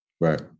Right